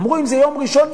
אמרו: אם זה יהיה ביום ראשון,